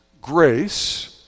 grace